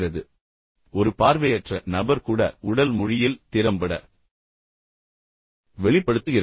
எனவே ஒரு பார்வையற்ற நபர் கூட உடல் மொழியில் திறம்பட வெளிப்படுத்துகிறார்